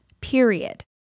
period